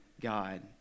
God